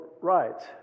Rights